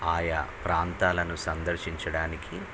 ఆయా ప్రాంతాలను సందర్శించడానికి